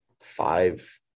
five